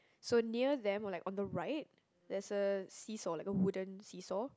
so near them oh like on the right there's a seesaw like a wooden seesaw